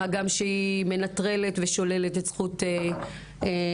מה גם שהיא מנטרלת ושוללת את הזכות הבסיסית